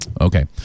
Okay